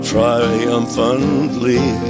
Triumphantly